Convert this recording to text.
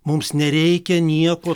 mums nereikia nieko